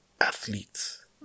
athletes